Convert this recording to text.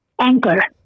anchor